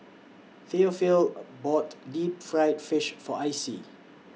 Theophile bought Deep Fried Fish For Icie